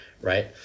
right